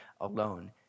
alone